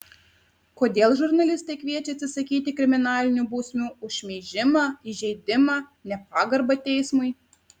kodėl žurnalistai kviečia atsisakyti kriminalinių bausmių už šmeižimą įžeidimą nepagarbą teismui